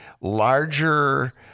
larger